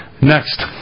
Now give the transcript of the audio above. Next